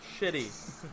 Shitty